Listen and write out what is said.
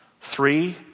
Three